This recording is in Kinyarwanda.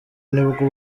nibwo